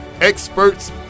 experts